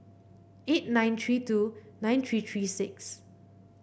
eight nine three two nine three three six